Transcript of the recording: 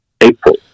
April